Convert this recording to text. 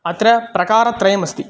अत्र प्रकारत्रयम् अस्ति